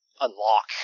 unlock